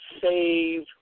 save